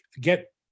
get